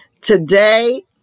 today